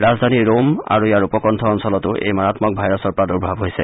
ৰাজধানী ৰোম আৰু ইয়াৰ উপকষ্ঠ অঞ্চলটো এই মাৰাম্মক ভাইৰাছৰ প্ৰাদুৰ্ভাৱ হৈছে